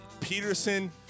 Peterson